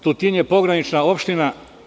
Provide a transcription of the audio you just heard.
Tutin je pogranična opština.